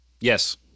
Yes